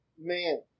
man